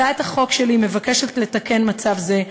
הצעת החוק שלי מבקשת לתקן מצב זה,